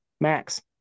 Max